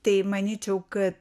tai manyčiau kad